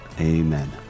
Amen